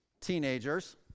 Teenagers